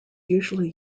usually